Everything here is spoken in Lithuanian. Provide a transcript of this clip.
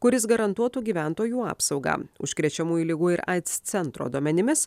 kuris garantuotų gyventojų apsaugą užkrečiamųjų ligų ir aids centro duomenimis